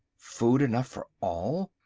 food enough for all?